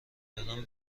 کردن